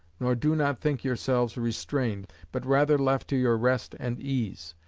nor do not think yourselves restrained, but rather left to your rest and ease.